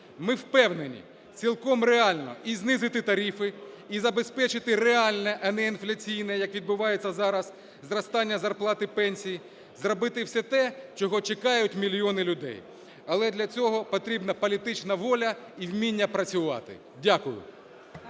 Ми впевнені цілком реально і знизити тарифи, і забезпечити реальне, а не інфляційне, як відбувається зараз, зростання зарплат і пенсій, зробити все те, чого чекають мільйони людей, але для цього потрібна політична воля і вміння працювати. Дякую.